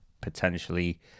Potentially